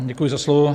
Děkuji za slovo.